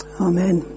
Amen